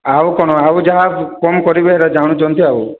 ଆଉ କଣ ଆଉ ଯାହା କଣ କରିବେ ଜାଣିଛନ୍ତି ଆଉ